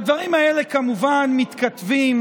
הדברים האלה כמובן מתכתבים